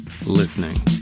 listening